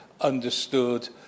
understood